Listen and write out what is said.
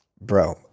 Bro